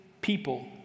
people